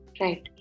Right